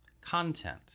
content